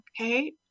Okay